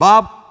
Bob